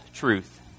Truth